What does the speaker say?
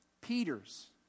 Peter's